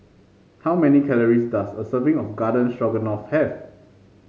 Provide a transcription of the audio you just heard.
how many calories does a serving of Garden Stroganoff have